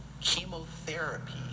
Chemotherapy